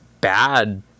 bad